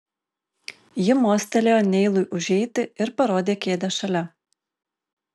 ji mostelėjo neilui užeiti ir parodė kėdę šalia